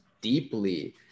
deeply